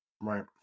Right